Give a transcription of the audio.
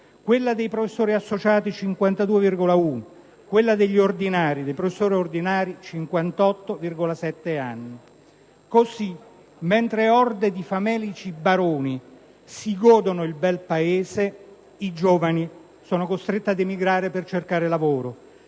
quella dei professori associati di 52,1 anni e quella dei professori ordinari di 58,7 anni. Così, mentre orde di famelici baroni si godono il bel Paese, i giovani sono costretti ad emigrare per cercare lavoro,